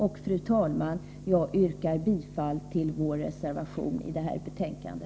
Fru talman! Jag yrkar bifall till vår reservation i detta betänkande.